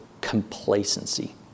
complacency